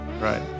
Right